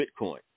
Bitcoin